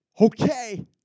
okay